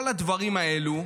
כל הדברים האלו,